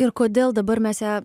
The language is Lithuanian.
ir kodėl dabar mes ją